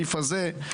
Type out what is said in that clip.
שלסעיף הזה אנחנו